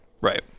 Right